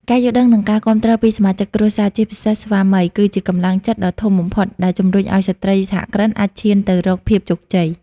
ការយល់ដឹង និងការគាំទ្រពីសមាជិកគ្រួសារ ជាពិសេសស្វាមី គឺជាកម្លាំងចិត្តដ៏ធំបំផុតដែលជំរុញឱ្យស្ត្រីសហគ្រិនអាចឈានទៅរកភាពជោគជ័យ។